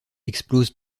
explosent